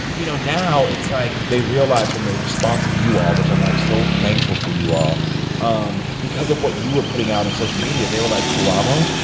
you know, now, it's like they realize from the response of you all which i'm, like, so thankful for you all um because of what you are putting out in social media, they were like, karamo,